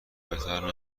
بهتر